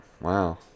Wow